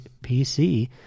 PC